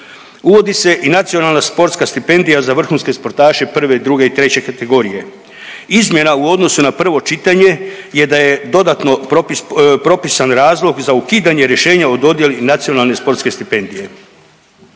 Uvodi se i nacionalna sportska stipendija za vrhunske sportaše 1., 2. i 3. kategorije. Izmjena u odnosu na prvo pitanje je da je dodatno propisan razlog za ukidanje rješenja o dodjeli nacionalne sportske stipendije.